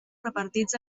repartits